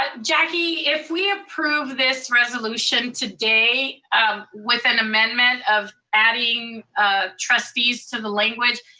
ah jackie, if we approve this resolution today um with an amendment of adding trustees to the language,